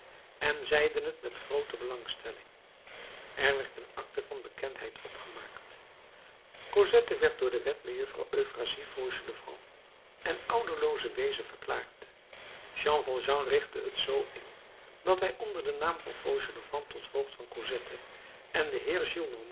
en zeiden het met groote belangstelling er werd een acte van bekendheid opgemaakt cosette werd door de wet mejuffrouw euphrasie fauchelevent en ouderlooze weeze verklaard jean valjean richtte het zoo in dat hij onder den naam van fauchelevent tot voogd van cosette en de